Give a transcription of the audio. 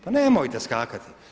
Pa nemojte skakati!